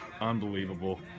unbelievable